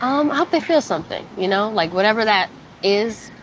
um i hope they feel something. you know like whatever that is,